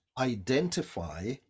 identify